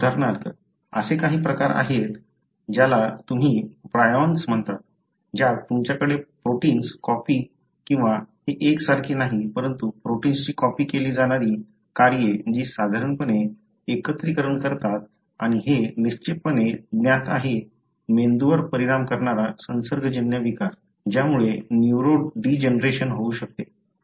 उदाहरणार्थ असे काही प्रकार आहेत ज्याला तुम्ही प्रायॉन्स म्हणता ज्यात तुमच्याकडे प्रोटिन्स कॉपी किंवा हे एकसारखे नाही परंतु प्रोटिन्सची कॉपी केली जाणारी कार्ये जी साधारणपणे एकत्रीकरण करतात आणि हे निश्चितपणे ज्ञात आहे मेंदूवर परिणाम करणारा संसर्गजन्य विकार ज्यामुळे न्यूरोडिजनरेशन होऊ शकते